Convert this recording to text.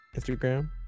Instagram